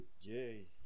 Yay